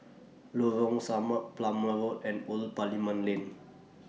Lorong Samak Plumer Road and Old Parliament Lane